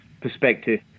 perspective